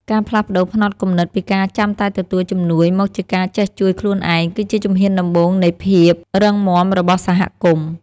ការផ្លាស់ប្តូរផ្នត់គំនិតពីការចាំតែទទួលជំនួយមកជាការចេះជួយខ្លួនឯងគឺជាជំហានដំបូងនៃភាពរឹងមាំរបស់សហគមន៍។